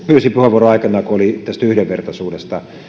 pyysin puheenvuoroa aikanaan kun oli tästä yhdenvertaisuudesta